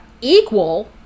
equal